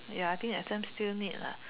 ya I think exam still need lah